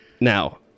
Now